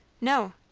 no.